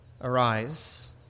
arise